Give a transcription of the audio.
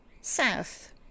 south